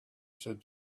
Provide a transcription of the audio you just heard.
said